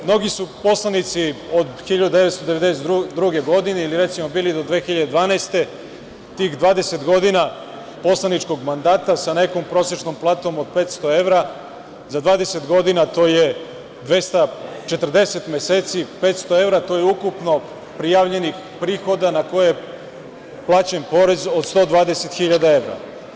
Mnogi su poslanici od 1992. godine i, recimo, bili su do 2012. godine, tih 20 godina poslaničkog mandata sa nekom prosečnom platom od 500 evra, za 20 godina to je 240 meseci, plus 500 evra, to je ukupno prijavljenih prihoda na koje je plaćen porez od 120 hiljada evra.